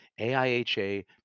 AIHA